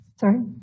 Sorry